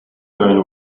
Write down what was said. going